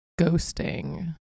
ghosting